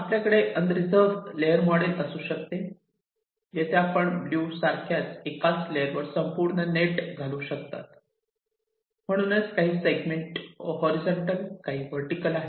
आपल्याकडे unreserved layer model असू शकते जेथे आपण ब्लू सारख्या एकाच लेअरवर संपूर्ण नेट घालू शकता म्हणून काही सेगमेंट हॉरीझॉन्टल काही वर्टीकल आहेत